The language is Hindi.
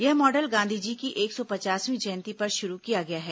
यह मॉडल गांधी जी की एक सौ पचासवीं जयंती पर शुरू किया गया है